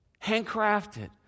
Handcrafted